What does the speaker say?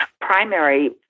primary